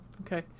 okay